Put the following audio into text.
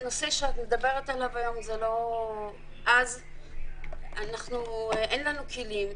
בנושא שאת מדברת עליו היום אין לנו כלים,